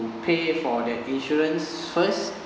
you pay for that insurance first